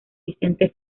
vicente